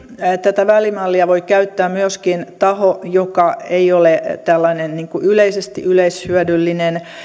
tätä välimallia voi käyttää myöskin taho joka ei ole tällainen yleisesti yleishyödyllinen